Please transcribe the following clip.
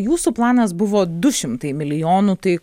jūsų planas buvo du šimtai milijonų tai